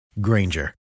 Granger